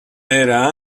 era